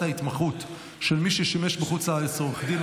ההתמחות של מי ששימש בחוץ לארץ עורך דין),